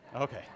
Okay